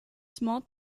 small